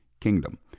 kingdom